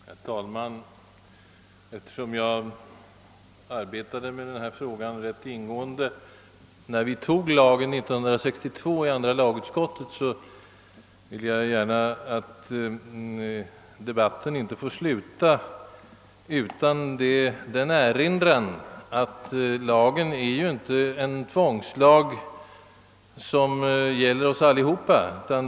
Herr talman! Eftersom jag sysslade med denna fråga rätt ingående i andra lagutskottet, när vi antog fluorlagen år 1962, vill jag inte att debatten skall sluta utan en som jag tycker viktig nyansering genom erinran om att lagen ju inte är en tvångslag som gäller alla.